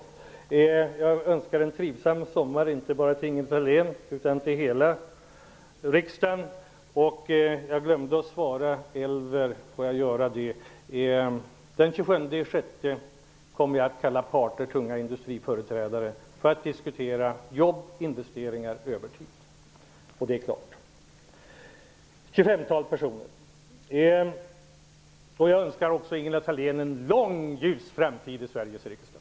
Jag vill avsluta med att önska en trivsam sommar inte bara till Ingela Thalén utan till hela riksdagen. Jag glömde att svara Elver Jonsson: Den 27 juni kommer jag att kalla parter och tunga industriföreträdare för att diskutera jobb, investeringar och övertid. Det är klart. Jag kallar ett tjugofemtal personer. Jag önskar också Ingela Thalén en lång ljus framtid i Sveriges riksdag.